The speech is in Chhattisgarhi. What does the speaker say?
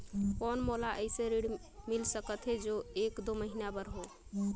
कौन मोला अइसे ऋण मिल सकथे जो एक दो महीना बर हो?